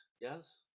yes